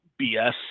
BS